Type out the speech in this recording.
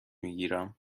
میگیرم